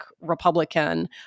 Republican